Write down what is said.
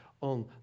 on